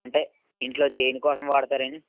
అంటే ఇంట్లో దేనికోసం వాడతారని